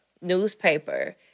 newspaper